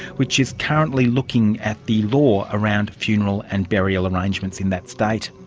which is currently looking at the law around funeral and burial arrangements in that state.